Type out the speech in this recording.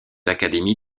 académies